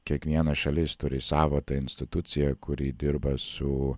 kiekviena šalis turi savo tą instituciją kuri dirba su